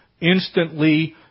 Instantly